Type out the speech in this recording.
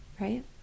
right